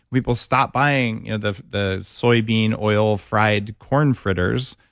people stop buying you know the the soybean oil fried corn fritters,